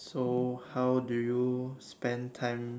so how do you spend time